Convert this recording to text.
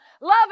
love